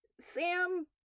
Sam